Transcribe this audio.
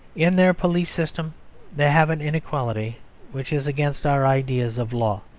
in their police system they have an inequality which is against our ideas of law.